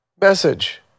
message